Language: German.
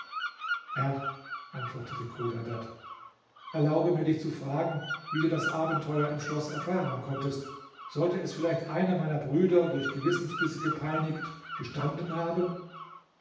herr antwortete chodadad erlaube mir dich zu fragen wie du das abenteuer im schloß erfahren konntest sollte es vielleicht einer meiner brüder durch gewissensbisse gepeinigt gestanden haben